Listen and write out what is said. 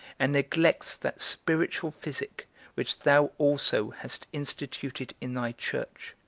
and neglects that spiritual physic which thou also hast instituted in thy church.